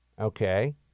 Okay